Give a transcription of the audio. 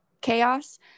chaos